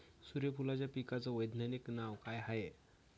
सुर्यफूलाच्या पिकाचं वैज्ञानिक नाव काय हाये?